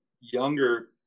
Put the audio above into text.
younger